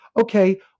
Okay